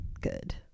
good